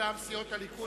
מטעם סיעות הליכוד,